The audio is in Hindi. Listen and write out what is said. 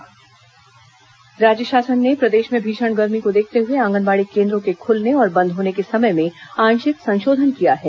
आंगनबाड़ी केन्द्र समय बदलाव राज्य शासन ने प्रदेश में भीषण गर्मी को देखते हुए आंगनबाड़ी केन्द्रों के खुलने और बंद होने के समय में आंशिक संशोधन किया है